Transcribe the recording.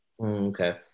Okay